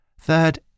Third